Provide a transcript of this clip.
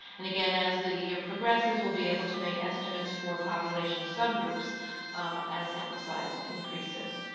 and, again, as the year progresses, we'll be able to make estimates for population sub-groups as sample size increases.